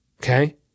Okay